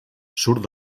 surt